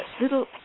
little